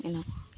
ᱚᱱᱟ